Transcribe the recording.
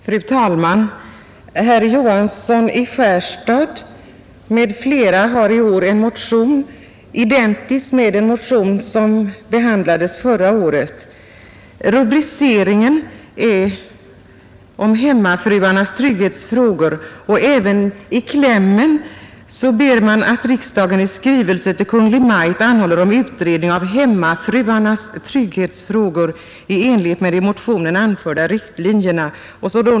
Fru talman! Herr Johansson i Skärstad m.fl. har i år väckt en motion ”om hemmafruarnas trygghetsfrågor”, identisk med den motion i frågan som behandlades förra året. I klämmen ber man ”att riksdagen i skrivelse till Kungl. Maj:t anhåller om utredning av hemmafruarnas trygghetsfrågor, i enlighet med de i motionen anförda riktlinjerna”.